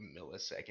millisecond